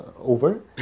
over